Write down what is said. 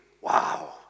wow